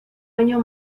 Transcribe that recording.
año